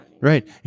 Right